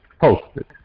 posted